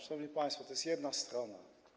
Szanowni państwo, to jest jedna strona.